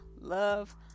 love